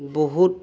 বহুত